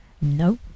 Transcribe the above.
no